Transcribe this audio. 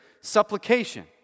Supplication